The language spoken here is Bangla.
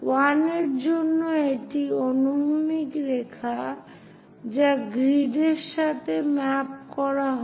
1 এর জন্য এটি অনুভূমিক রেখা যা গ্রিডের সাথে ম্যাপ করা হয়